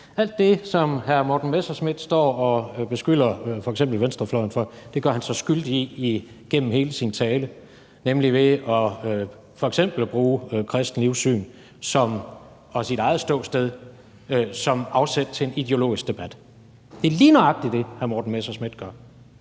Alt det, som hr. Morten Messerschmidt står og beskylder f.eks. venstrefløjen for, gør han sig skyldig i, igennem hele sin tale, nemlig ved f.eks. at bruge kristent livssyn og sit eget ståsted som afsæt til en ideologisk debat. Det er lige nøjagtig det, hr. Morten Messerschmidt gør.